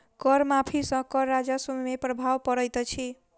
कर माफ़ी सॅ कर राजस्व पर प्रभाव पड़ैत अछि